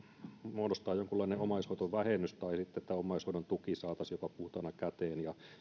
muodostaa jonkunlainen omaishoitovähennys tai sitten niin että omaishoidon tuki saataisiin jopa puhtaana käteen